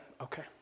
Okay